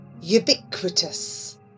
ubiquitous